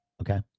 okay